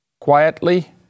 quietly